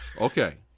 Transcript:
Okay